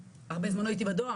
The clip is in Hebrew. הרבה זמן לא הייתי בדואר,